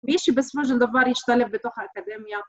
מי שבסופו של דבר ישתלב בתוך האקדמיה.